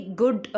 good